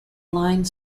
line